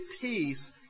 peace